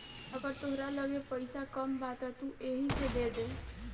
अगर तहरा लगे पईसा कम बा त तू एही से देद